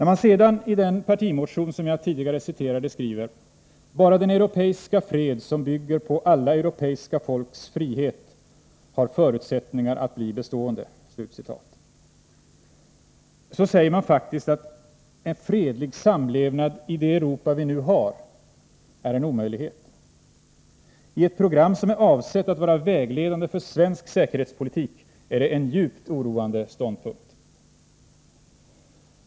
I den partimotion som jag tidigare citerade skriver man: ”Bara den europeiska fred som bygger på alla europeiska folks frihet har förutsättningar att bli bestående.” Då säger man faktiskt att fredlig samlevnad i det Europa vi nu har är en omöjlighet. I ett program som är avsett att vara vägledande för svensk säkerhetspolitik är detta en djupt oroande ståndpunkt.